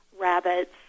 rabbits